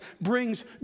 brings